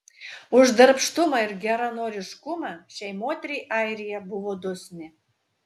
už darbštumą ir geranoriškumą šiai moteriai airija buvo dosni